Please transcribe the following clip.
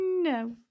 No